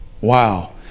Wow